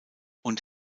und